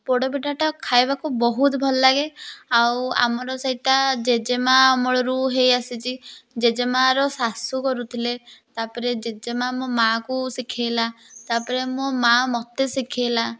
ପୋଡ଼ପିଠାଟା ଖାଇବାକୁ ବହୁତ ଭଲ ଲାଗେ ଆଉ ଆମର ସେଇଟା ଜେଜେମା ଅମଳରୁ ହେଇ ଆସିଛି ଜେଜେମାଆର ଶାଶୁ କରୁଥିଲେ ତାପରେ ଜେଜେମା ଆମୋ ମାଆକୁ ଶିଖେଇଲା ତାପରେ ମୋ ମାଆ ମୋତେ ଶିଖେଇଲା